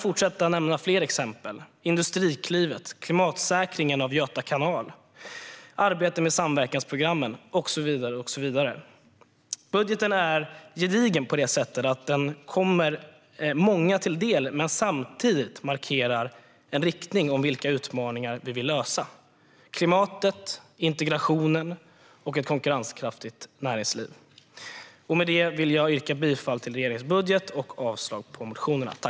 Fler exempel är Industriklivet, klimatsäkringen av Göta Kanal, arbetet med samverkansprogrammen och så vidare. Budgeten är gedigen på det sättet att den kommer många till del men samtidigt markerar en riktning för vilka utmaningar vi vill lösa - klimatet, integrationen och ett konkurrenskraftigt näringsliv. Med det vill jag yrka bifall till regeringens förslag till budget och avslag på motionerna.